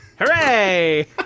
Hooray